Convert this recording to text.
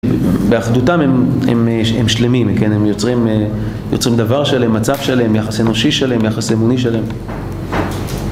באחדותם הם הם שלמים, כן? הם יוצרים דבר שלם, מצב שלם, יחס אנושי שלם, יחס אמוני שלם